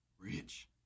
Rich